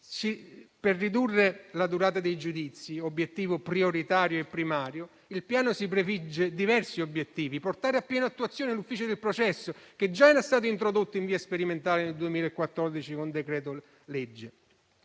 Per ridurre la durata dei giudizi, obiettivo prioritario e primario, il Piano si prefigge diversi obiettivi: portare a piena attuazione l'ufficio del processo, che già era stato introdotto in via sperimentale nel 2014 con decreto-legge;